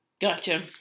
Gotcha